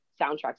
soundtracks